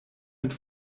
mit